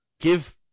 Give